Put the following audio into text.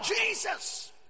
Jesus